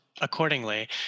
accordingly